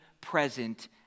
present